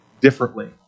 differently